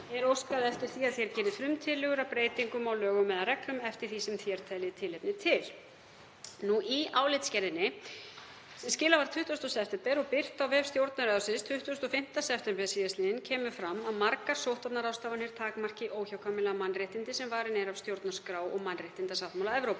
Er óskað eftir því að þér gerið frumtillögur að breytingum á lögum eða reglum eftir því sem þér teljið tilefni til.“ Í álitsgerðinni, sem skilað var 20. september og birt á vef Stjórnarráðsins 25. september sl., kemur fram að margar sóttvarnaráðstafanir takmarki óhjákvæmilega mannréttindi sem varin eru af stjórnarskrá og mannréttindasáttmála Evrópu.